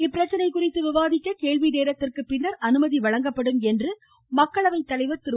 இப்பிரச்சனைக் குறித்து விவாதிக்க கேள்வி நேரத்திற்கு பின்னர் அனுமதி வழங்கப்படும் என்று அவைத் தலைவர் திரு